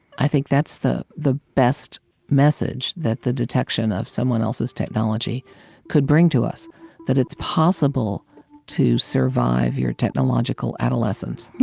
i think that's the the best message that the detection of someone else's technology could bring to us that it's possible to survive your technological adolescence.